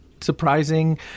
surprising